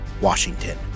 Washington